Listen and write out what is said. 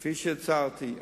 כפי שהצהרתי,